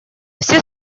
все